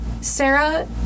Sarah